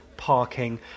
parking